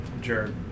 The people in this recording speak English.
Jared